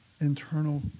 internal